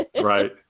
Right